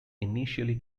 initially